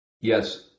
yes